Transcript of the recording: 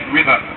river